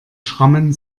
schrammen